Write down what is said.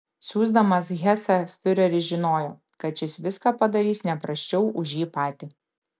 siųsdamas hesą fiureris žinojo kad šis viską padarys ne prasčiau už jį patį